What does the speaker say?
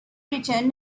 return